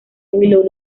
willow